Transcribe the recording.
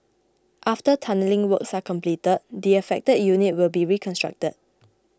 after tunnelling works are completed the affected unit will be reconstructed